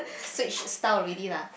switch style already lah